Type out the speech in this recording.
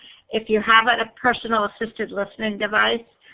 if you have a personal assistive listening device,